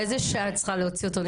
באיזו שעה את צריכה להוציא אותו?